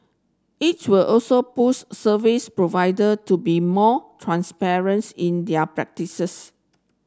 it will also push service provider to be more transparents in their practices